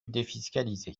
défiscalisé